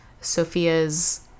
Sophia's